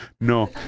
no